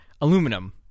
aluminum